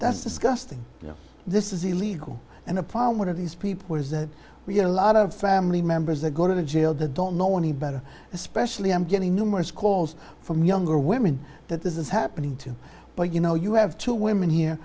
that's disgusting this is illegal and upon one of these people is that we get a lot of family members that go to jail the don't know any better especially i'm getting numerous calls from younger women that this is happening to but you know you have two women here